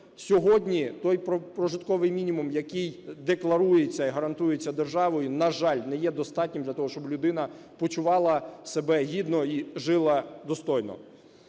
сьогодні той прожитковий мінімум, який декларується і гарантується державою, на жаль, не є достатнім для того, щоб людина почувала себе гідно і жила достойно.